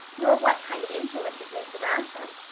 nor what kind of influences may surround them.